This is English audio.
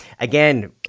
again